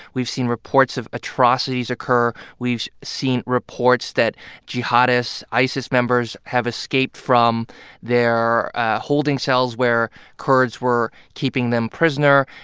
we've seen reports of atrocities occur. we've seen reports that jihadis isis members have escaped from their holding cells where kurds were keeping them prisoner.